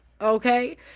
Okay